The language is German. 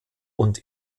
und